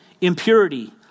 impurity